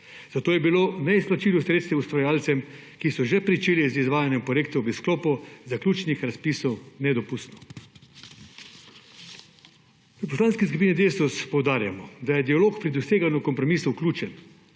Zato je bilo neizplačilo sredstev ustvarjalcem, ki so že pričeli z izvajanjem projektov v sklopu zaključnih razpisov, nedopustno. V Poslanski skupini Desus poudarjamo, da je dialog pri doseganju kompromisov ključen.